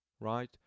right